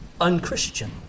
unchristian